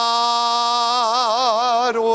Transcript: God